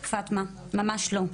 פטמה: ממש לא.